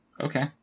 Okay